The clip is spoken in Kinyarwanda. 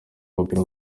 w’umupira